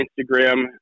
Instagram